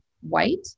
white